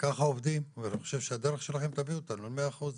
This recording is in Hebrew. ככה עובדים ואני חושב שהדרך שלכם תביא אותנו ל-100%.